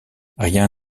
rien